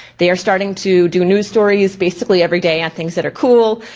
they are starting to do news stories, basically everyday ah things that are cool.